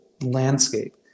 landscape